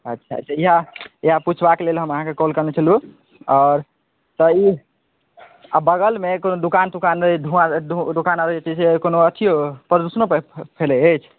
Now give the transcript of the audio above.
अच्छा अच्छा इएह इएह पूछबाक लेल हम अहाँके कॉल कयने छलहुॅं आओर तऽ ई आ बगलमे कोनो दुकान दुकान दुकान आर जे धुआँ छै से कोनो अथियो प्रदूषणो फैलै अछि